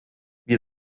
wir